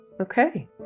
okay